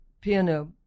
piano